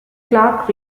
clark